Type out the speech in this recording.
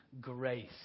grace